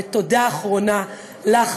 ותודה אחרונה לך,